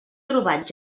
trobat